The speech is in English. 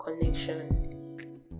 connection